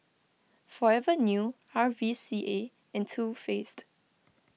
Forever New R V C A and Too Faced